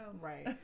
right